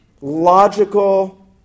logical